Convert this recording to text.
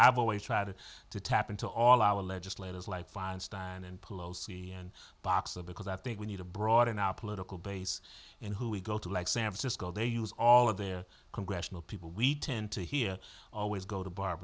i've always tried to tap into all our legislators like feinstein and palosi and boxer because i think we need to broaden our political base and who we go to like san francisco they use all of their congressional people we tend to here always go to bar